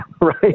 right